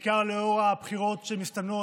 בעיקר לאור הבחירות שמסתמנות,